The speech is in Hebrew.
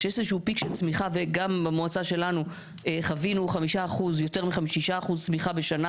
כשיש איזשהו פיק של צמיחה וגם במועצה שלנו חווינו 6% צמיחה בשנה